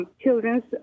children's